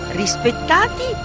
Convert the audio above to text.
rispettati